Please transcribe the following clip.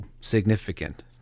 significant